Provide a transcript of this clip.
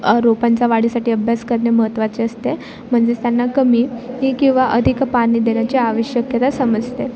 रोपांचा वाढीसाठी अभ्यास करणे महत्त्वाचे असते म्हणजेच त्यांना कमी ही किंवा अधिक पाणी देण्याची आवश्यकता समजते